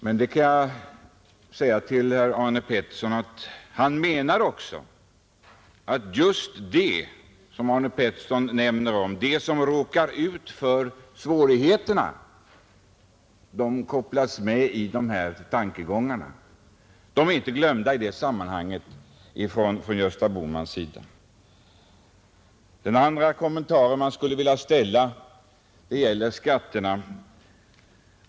Jag kan säga till herr Arne Pettersson att Gösta Bohman menar att just de som råkar ut för svårigheterna också kopplas in i dessa tankegångar. Gösta Bohman har inte glömt dem i sammanhanget. Min andra kommentar gäller skatterna.